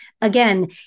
again